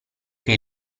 che